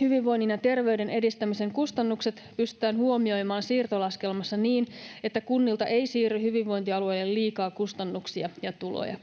hyvinvoinnin ja terveyden edistämisen kustannukset pystytään huomioimaan siirtolaskelmassa niin, että kunnilta ei siirry hyvinvointialueille liikaa kustannuksia ja tuloja.